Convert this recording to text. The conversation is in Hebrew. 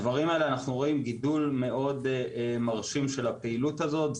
בדברים האלה אנחנו רואים גידול מרשים מאוד של הפעילות הזאת.